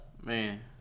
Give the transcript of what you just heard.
Man